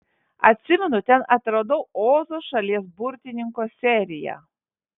atsimenu ten atradau ozo šalies burtininko seriją